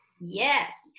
Yes